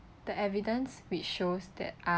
the evidence which shows that